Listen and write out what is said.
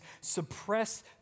suppress